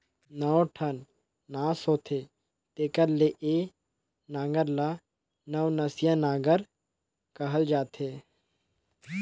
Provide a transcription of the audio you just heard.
नौ ठन नास होथे तेकर ले ए नांगर ल नवनसिया नागर कहल जाथे